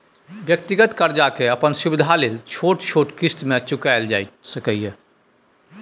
व्यक्तिगत कर्जा के अपन सुविधा लेल छोट छोट क़िस्त में चुकायल जाइ सकेए